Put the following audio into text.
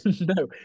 No